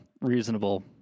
reasonable